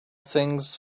things